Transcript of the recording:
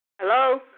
Hello